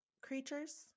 creatures